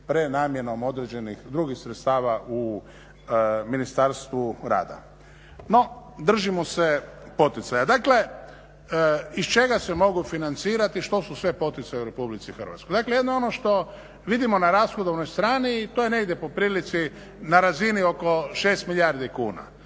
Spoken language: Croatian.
prenamjenom određenih drugih sredstava u Ministarstvu rada. No držimo se poticaja, dakle iz čega se mogu financirati, što su sve poticaji u RH? Dakle jedino ono što vidimo na rashodovnoj strani to ne ide po prilici na razini oko 6 milijardi kuna.